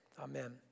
Amen